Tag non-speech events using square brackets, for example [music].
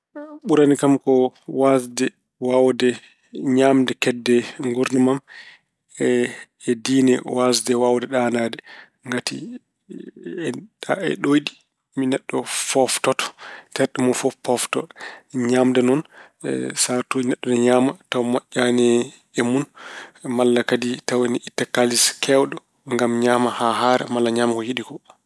Ɓurani kam ko waasde waawde ñaamde kedde nguurdam am e diine waasde waawde ɗaanade. Ngati [hesitation] ɗoyɗi, neɗɗo fooftoto, terɗe mun fof foofto. Ñaamde noon [hesitation] sahaatuji neɗɗo ina ñaama tawa moƴƴaani e mun. Malla kadi tawi ina itta kaalis keewɗo ngam ñaama haa haara malla ñaama ko yiɗi ko.